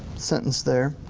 sentence there.